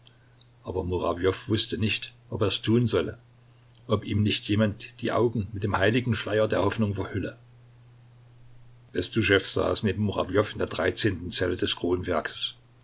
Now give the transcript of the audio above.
aber murawjow wußte nicht ob er es tun solle ob ihm nicht jemand die augen mit dem heiligen schleier der hoffnung verhülle bestuschew saß neben murawjow in der zelt des